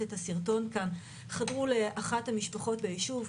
את הסרטון כאן חדרו לאחת המשפחות ביישוב,